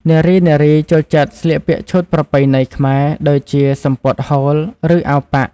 នារីៗចូលចិត្តស្លៀកពាក់ឈុតប្រពៃណីខ្មែរ ដូចជាសំពត់ហូល ឬអាវប៉ាក់។